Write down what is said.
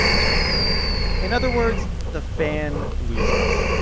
exactly right in other words, the fan loses.